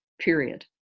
period